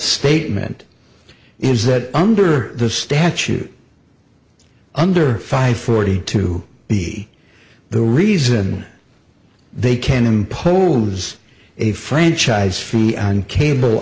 statement is that under the statute under five forty two b the reason they can impose a franchise fee on cable